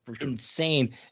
insane